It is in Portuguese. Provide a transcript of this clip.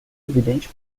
evidente